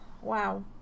wow